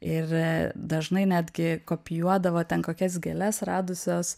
ir dažnai netgi kopijuodavo ten kokias gėles radusios